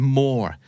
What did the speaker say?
more